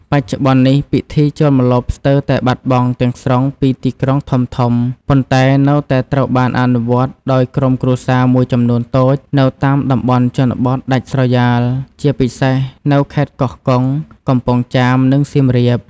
បច្ចុប្បន្ននេះ ពិធីចូលម្លប់ស្ទើរតែបាត់បង់ទាំងស្រុងពីទីក្រុងធំៗ ប៉ុន្តែនៅតែត្រូវបានអនុវត្តដោយក្រុមគ្រួសារមួយចំនួនតូចនៅតាមតំបន់ជនបទដាច់ស្រយាល ជាពិសេសនៅខេត្តកោះកុង កំពង់ចាម និងសៀមរាប។